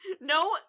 No